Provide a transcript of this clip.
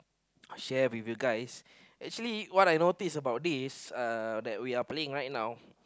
share with you guys actually what I noticed about this that we are playing right now